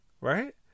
Right